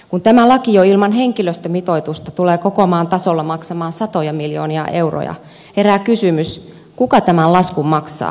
kun tämä laki jo ilman henkilöstömitoitusta tulee koko maan tasolla maksamaan satoja miljoonia euroja herää kysymys kuka tämän laskun maksaa